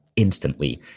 Instantly